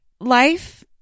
life